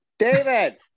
David